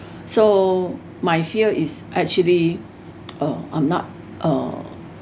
so my fear is actually uh um not uh